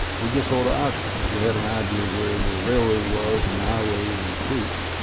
were just sort of obvious if you had an idea where the railroad was and the highways and the creeks.